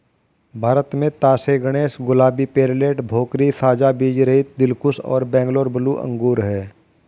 भारत में तास ए गणेश, गुलाबी, पेर्लेट, भोकरी, साझा बीजरहित, दिलखुश और बैंगलोर ब्लू अंगूर हैं